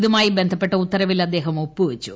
ഇതുമായി ബന്ധപ്പെട്ട ഉത്തവിൽ അദ്ദേഹം ഒപ്പൂവച്ചു